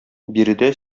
биредә